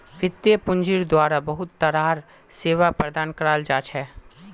वित्तीय पूंजिर द्वारा बहुत तरह र सेवा प्रदान कराल जा छे